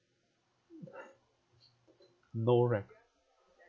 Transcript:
no leh